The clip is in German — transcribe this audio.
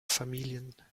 familien